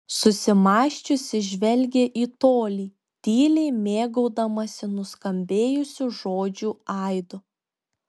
susimąsčiusi žvelgė į tolį tyliai mėgaudamasi nuskambėjusių žodžių aidu